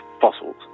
fossils